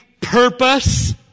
purpose